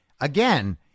Again